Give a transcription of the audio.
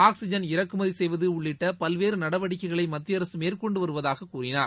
oxygen இறக்குமதிசெய்வதுஉள்ளிட்டபல்வேறுநடவடிக்கைகளைமத்தியஅரசுமேற்கொண்டுவருவதாககூறினார்